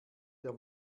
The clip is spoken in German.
der